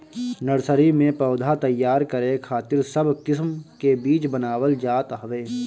nursery में पौधा तैयार करे खातिर सब किस्म के बीज बनावल जात हवे